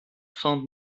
found